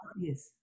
yes